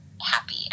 happy